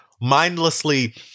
mindlessly